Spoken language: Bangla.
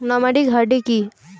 নমাডিক হার্ডি কি?